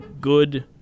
good